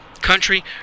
country